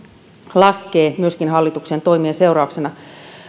laskee myöskin hallituksen toimien seurauksena